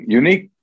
unique